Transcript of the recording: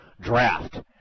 draft